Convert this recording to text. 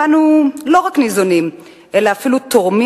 אנו לא רק ניזונים אלא אפילו תורמים